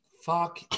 fuck